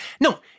No